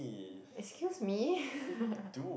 excuse me